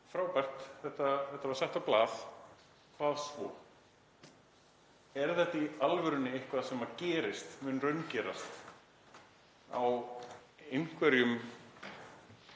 Frábært, þetta var sett á blað. Hvað svo? Er þetta í alvörunni eitthvað sem mun raungerast út frá einhverjum